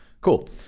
Cool